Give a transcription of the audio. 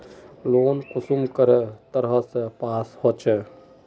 Loan कुंसम करे तरह से पास होचए?